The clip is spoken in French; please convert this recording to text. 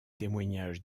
témoignages